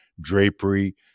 drapery